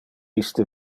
iste